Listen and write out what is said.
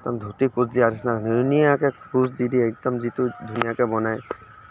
একদম ধূতিত কোচ দিয়াৰ নিচিনাকৈ ধুনীয়াকৈ কোচ দি দি একদম যিটো ধুনীয়াকৈ বনায়